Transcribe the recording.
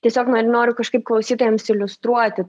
tiesiog na noriu kažkaip klausytojams iliustruoti